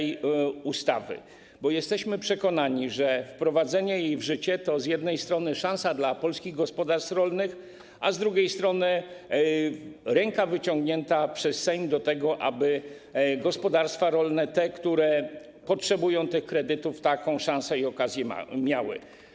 Jesteśmy przekonani, że wprowadzenie jej w życie to z jednej strony szansa dla polskich gospodarstw rolnych, a z drugiej strony ręka wyciągnięta przez Sejm w sprawie tego, aby gospodarstwa rolne, te, które potrzebują tych kredytów, taką szansę i okazję miały.